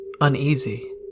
uneasy